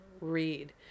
read